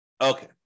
Okay